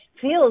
feels